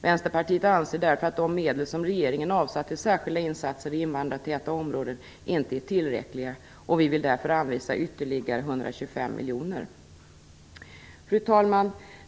Vänsterpartiet anser därför att de medel som regeringen avsatt till särskilda insatser i invandrartäta områden inte är tillräckliga, och vi vill därför anvisa ytterligare 125 miljoner. Fru talman!